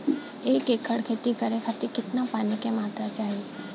एक एकड़ खेती करे खातिर कितना पानी के मात्रा चाही?